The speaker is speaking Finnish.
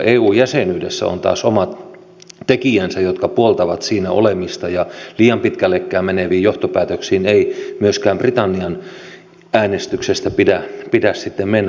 eu jäsenyydessä on taas omat tekijänsä jotka puoltavat siinä olemista ja liian pitkällekään meneviin johtopäätöksiin ei myöskään britannian äänestyksestä pidä sitten mennä